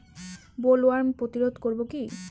Bollworm প্রতিরোধ করব কি করে?